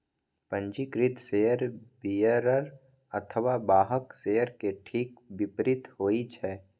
पंजीकृत share bearer अथवा वाहक शेयर के ठीक विपरीत होइ छै